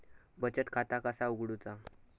बचत खाता कसा उघडूचा?